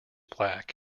black